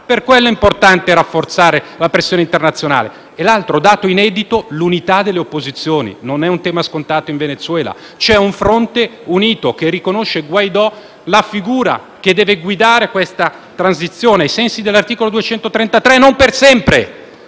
ragione è importante rafforzare la pressione internazionale. L'altro dato inedito è l'unità delle opposizioni; non è un tema scontato in Venezuela. C'è un fronte unito che riconosce in Guaidó la figura che deve guidare la transizione, ai sensi dell'articolo 233 della